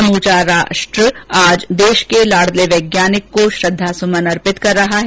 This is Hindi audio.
समूचा राष्ट्र आज देश के लाडले वैज्ञानिक को श्रद्दासुमन अर्पित कर रहा है